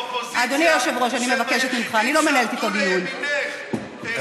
אני מציע שתיתני כבוד לחברים פה באופוזיציה,